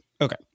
Okay